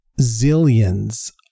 zillions